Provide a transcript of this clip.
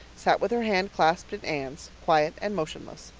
sat with her hand clasped in anne's, quiet and motionless.